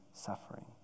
suffering